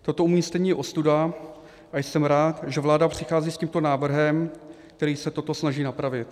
Toto umístění je ostuda a jsem rád, že vláda přichází s tímto návrhem, který se toto snaží napravit.